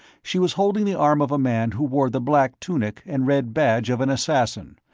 she was holding the arm of a man who wore the black tunic and red badge of an assassin,